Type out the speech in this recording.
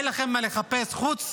אין לכם מה לחפש, חוץ